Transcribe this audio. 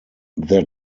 their